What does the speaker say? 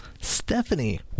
Stephanie